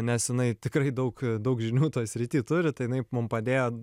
nes jinai tikrai daug daug žinių toj srity turi tai jinai mum padėjo